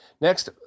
Next